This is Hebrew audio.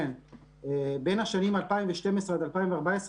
בין השנים 2012 עד 2014,